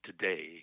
today